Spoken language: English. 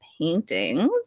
paintings